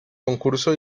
concurso